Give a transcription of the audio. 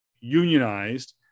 unionized